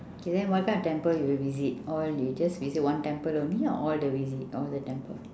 okay then what kind of temple you will visit all you just visit one temple only or all the visit all the temple